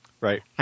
Right